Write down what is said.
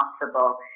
possible